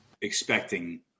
expecting